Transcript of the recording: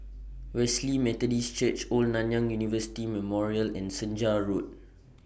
Wesley Methodist Church Old Nanyang University Memorial and Senja Road